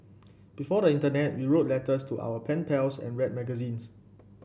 before the internet we wrote letters to our pen pals and read magazines